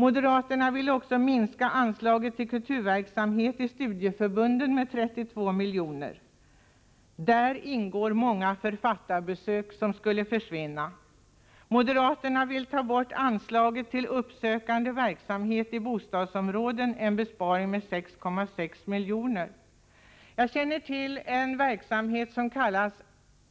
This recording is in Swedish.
Moderaterna vill också minska anslaget till kulturverksamhet i studieförbunden med 32 milj.kr. Däri ingår många författarbesök, som skulle försvinna. Moderaterna vill ta bort anslaget till uppsökande verksamhet i bostadsområden, en besparing med 6,6 milj.kr. Jag känner till en verksamhet som kallas